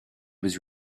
was